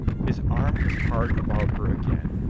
his arm was hard about her again,